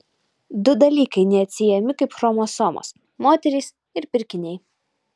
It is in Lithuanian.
du dalykai neatsiejami kaip chromosomos moterys ir pirkiniai